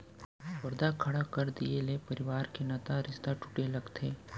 परदा खड़ा कर दिये ले परवार के नता रिस्ता टूटे लगथे